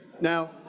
Now